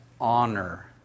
honor